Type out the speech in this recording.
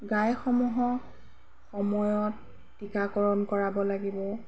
গাইসমূহক সময়ত টীকাকৰণ কৰাব লাগিব